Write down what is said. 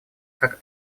как